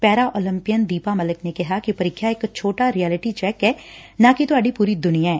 ਪੈਰਾ Olympian Deepa Malik ਨੇ ਕਿਹਾ ਕਿ ਪ੍ਰੀਖਿਆ ਇਕ ਛੋਟਾ ਰਿਅਲਟੀ ਚੈੱਕ ਐ ਨਾ ਕਿ ਤੁਹਾਡੀ ਪੂਰੀ ਦੁਨੀਆਂ ਐ